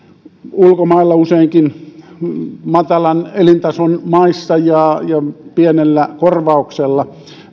ulkomailla useinkin matalan elintason maissa ja pienellä korvauksella